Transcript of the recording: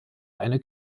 eine